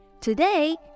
Today